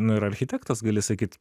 nu ir architektas gali sakyt